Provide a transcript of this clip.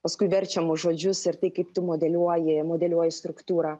paskui verčiamus žodžius ir tai kaip tu modeliuoji modeliuoji struktūrą